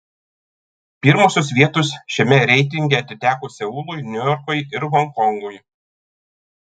pirmosios vietos šiame reitinge atiteko seului niujorkui ir honkongui